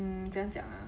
mm 怎样讲啊